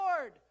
Lord